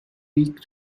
weak